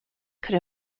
could